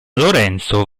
lorenzo